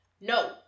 No